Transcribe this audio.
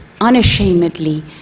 unashamedly